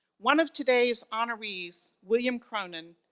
one of today's honorees, william cronin,